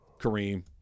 Kareem